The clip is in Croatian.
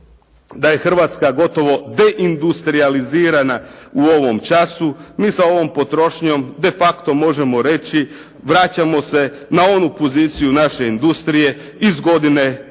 da je Hrvatska gotovo deindustrijalizirana u ovom času mi sa ovom potrošnjom de facto možemo reći vraćamo se na onu poziciju naše industrije iz godine 90.